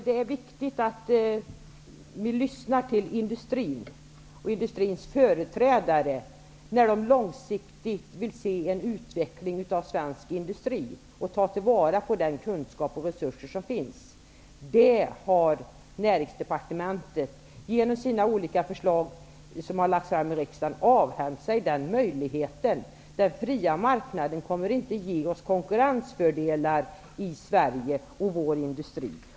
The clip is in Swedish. Det är viktigt att lyssna till industrins företrädare, som vill få en långsiktig utveckling av svensk industri till stånd, och att ta tillvara den kunskap och de resurser som finns. Näringsdepartementet har genom de olika förslag som har lagts fram i riksdagen avhänt sig den möjligheten. Den fria marknaden kommer inte att ge konkurrensfördelar för Sverige och för svensk industri.